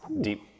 deep